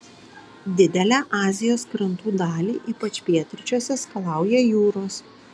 didelę azijos krantų dalį ypač pietryčiuose skalauja jūros